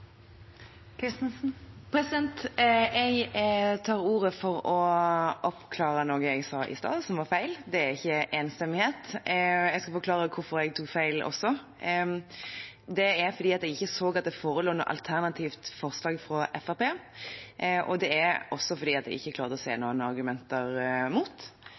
ikke enstemmighet. Jeg skal forklare hvorfor jeg tok feil, også. Det er fordi jeg ikke så at det forelå noe alternativt forslag fra Fremskrittspartiet. Det er også fordi jeg ikke klarte å se noen argumenter mot.